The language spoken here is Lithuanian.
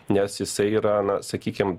nes jisai yra na sakykim